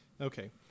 okay